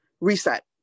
reset